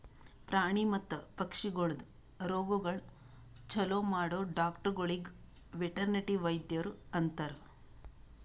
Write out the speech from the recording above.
ಪ್ರಾಣಿ ಮತ್ತ ಪಕ್ಷಿಗೊಳ್ದು ರೋಗಗೊಳ್ ಛಲೋ ಮಾಡೋ ಡಾಕ್ಟರಗೊಳಿಗ್ ವೆಟರ್ನರಿ ವೈದ್ಯರು ಅಂತಾರ್